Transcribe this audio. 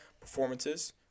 performances